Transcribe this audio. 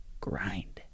grind